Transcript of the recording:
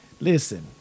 Listen